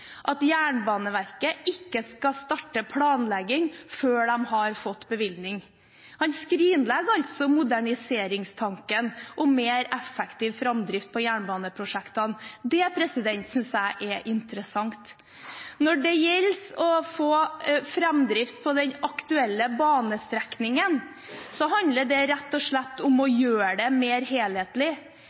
at Jernbaneverket ikke skal starte planlegging før de har fått bevilgning. Han skrinlegger altså moderniseringstanken om mer effektiv framdrift på jernbaneprosjektene. Det synes jeg er interessant. Når det gjelder å få framdrift på den aktuelle banestrekningen, handler det rett og slett om å gjøre det mer helhetlig.